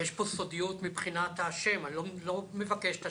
יש פה סודיות מבחינת השם, אני לא מבקש את השם.